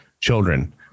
children